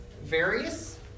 various